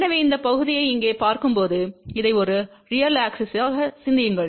எனவே இந்த பகுதியை இங்கே பார்க்கும்போது இதை ஒரு ரியல் ஆக்ஸிஸாக சிந்தியுங்கள்